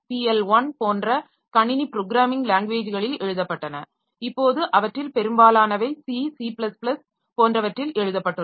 L1 போன்ற கணினி programming லாங்வேஜ்களில் எழுதப்பட்டன இப்போது அவற்றில் பெரும்பாலானவை C C போன்றவற்றில் எழுதப்பட்டுள்ளன